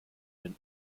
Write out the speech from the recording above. den